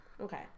Okay